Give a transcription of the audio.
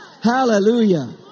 hallelujah